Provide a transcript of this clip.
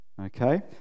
Okay